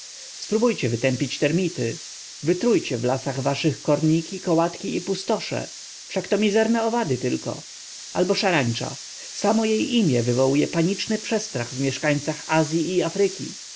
spróbójcie wytępić termity wytrujcie w lasach waszych korniki kołatki i pustosze wszak to mizerne owady tylko albo szarańcza samo jej imię wywołuje paniczny przestrach w mieszkańcach azyi i afryki